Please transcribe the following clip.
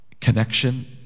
connection